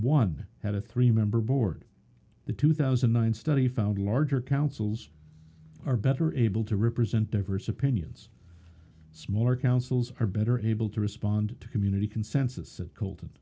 one had a three member board the two thousand and nine study found larger councils are better able to represent diverse opinions smaller councils are better able to respond to community consensus and col